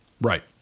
Right